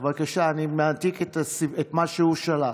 בבקשה, אני מעתיק את מה שהוא שלח.